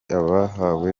abahawe